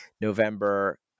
November